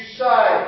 say